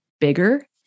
bigger